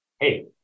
Hey